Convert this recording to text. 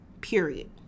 period